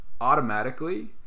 automatically